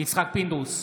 יצחק פינדרוס,